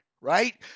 Right